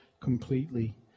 completely